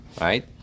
right